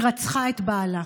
היא רצחה את בעלה.